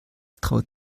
traut